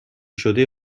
شده